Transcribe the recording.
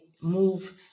move